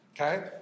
okay